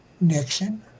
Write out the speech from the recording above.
Nixon